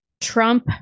Trump